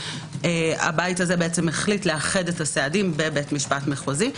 הבית הזה החליט לאחד את הסעדים בבית משפט מחוזי.